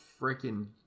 freaking